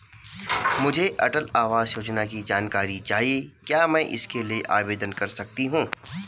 मुझे अटल आवास योजना की जानकारी चाहिए क्या मैं इसके लिए आवेदन कर सकती हूँ?